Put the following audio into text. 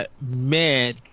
man